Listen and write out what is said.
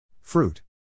Fruit